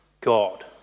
God